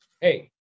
hey